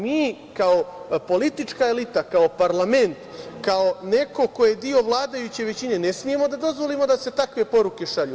Mi kao politička elita, kao parlament, kao neko ko je deo vladajuće većine ne smemo da dozvolimo da se takve poruke šalju.